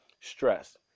stress